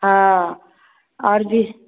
हाँ और जिस